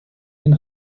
den